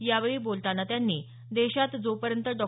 यावेळ बोलतांना त्यांनी देशात जोपर्यंत डॉ